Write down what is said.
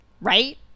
Right